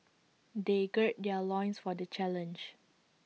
they gird their loins for the challenge